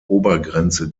obergrenze